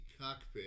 cockpit